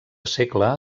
segle